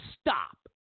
stop